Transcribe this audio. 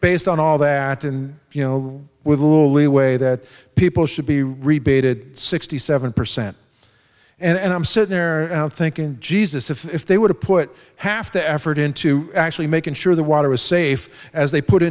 based on all that and you know with a little leeway that people should be rebated sixty seven percent and i'm sitting there thinking jesus if they were to put half the effort into actually making sure the water was safe as they put